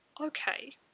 okay